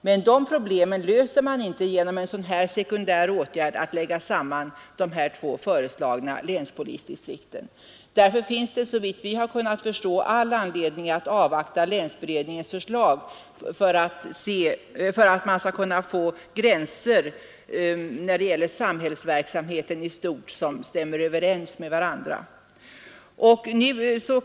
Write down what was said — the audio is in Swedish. Men de problemen löser man inte genom en sådan sekundär åtgärd som att lägga samman de två föreslagna länspolisdistrikten. Därför finns det såvitt vi har kunnat förstå all anledning att avvakta länsberedningens förslag för att man skall kunna få gränser när det gäller samhällsverksamheten i stort som stämmer överens med varandra.